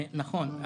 נכון.